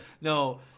No